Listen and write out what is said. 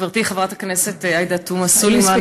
חברתי חברת הכנסת עאידה תומא סלימאן,